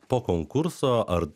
po konkurso ar